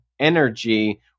energy